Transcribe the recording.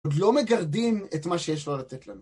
עוד לא מגרדים את מה שיש לו לתת לנו.